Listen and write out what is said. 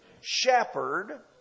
shepherd